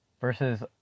versus